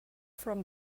from